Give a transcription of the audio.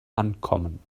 ankommen